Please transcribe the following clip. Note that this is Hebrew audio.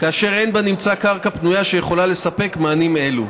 כאשר אין בנמצא קרקע פנויה שיכולה לספק מענים אלו.